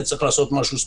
צריך לעשות משהו ספציפי.